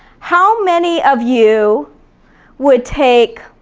how many of you would take